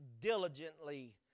diligently